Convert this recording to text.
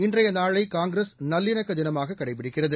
இன்றையநாளைகாங்கிரஸ் நல்லிணக்கதினமாககடைபிடிக்கிறது